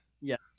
Yes